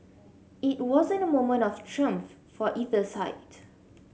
it wasn't a moment of triumph for either side